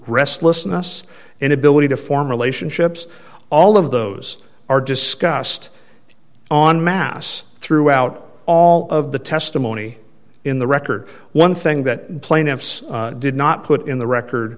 restlessness inability to form relationships all of those are discussed on masse throughout all of the testimony in the record one thing that plaintiffs did not put in the record